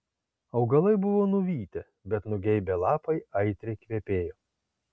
augalai buvo nuvytę bet nugeibę lapai aitriai kvepėjo